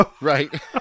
Right